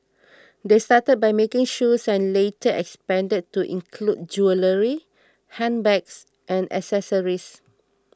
they started by making shoes and later expanded to include jewellery handbags and accessories